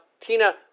Tina